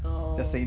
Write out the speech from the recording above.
!aww!